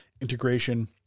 integration